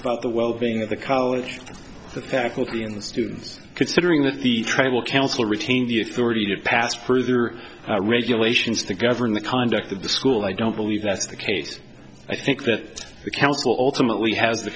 about the well being of the college the faculty and students considering that the tribal council retain the authority to pass further regulations to govern the conduct of the school i don't believe that's the case i think that the council ultimately has the